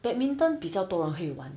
badminton 比较多人会玩